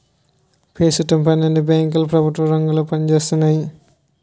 పెస్తుతం పన్నెండు బేంకులు ప్రెభుత్వ రంగంలో పనిజేత్తన్నాయి